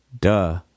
duh